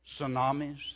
tsunamis